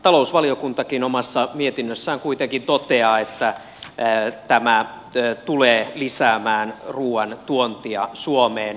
talousvaliokuntakin omassa mietinnössään kuitenkin toteaa että tämä tulee lisäämään ruuan tuontia suomeen